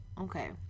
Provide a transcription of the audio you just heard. Okay